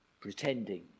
Pretending